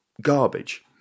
garbage